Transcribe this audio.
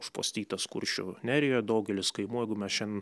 užpustytas kuršių nerijoje daugelis kaimų jeigu mes šiandien